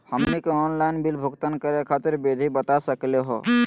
हमनी के online bill भुगतान करे खातीर विधि बता सकलघ हो?